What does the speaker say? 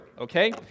okay